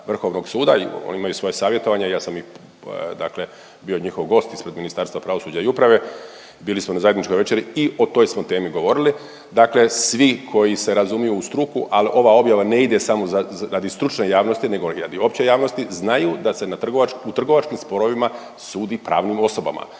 Vrhovnog suda, oni imaju svoje savjetovanje, ja sam ih dakle bio njihov gost ispred Ministarstva pravosuđa i uprave. Bili smo na zajedničkoj večeri i o toj smo temi govorili. Dakle svi koji se razumiju u struku, al ova objava ne ide samo radi stručne javnosti nego i radi opće javnosti, znaju da se na Trgovačkom, u trgovačkim sporovima suda pravnim osobama.